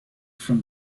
from